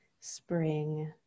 spring